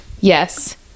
Yes